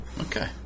Okay